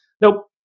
Nope